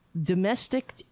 domestic